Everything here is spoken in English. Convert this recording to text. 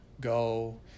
Go